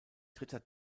dritter